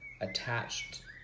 attached